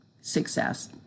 success